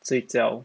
睡觉